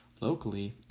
Locally